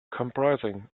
comprising